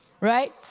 Right